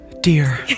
Dear